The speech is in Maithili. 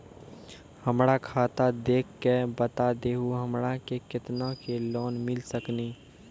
हमरा खाता देख के बता देहु हमरा के केतना के लोन मिल सकनी?